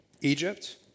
Egypt